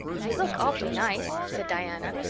you look awfully nice, said diana,